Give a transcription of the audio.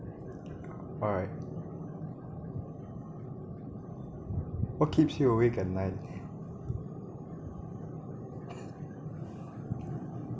alright what keeps you awake at night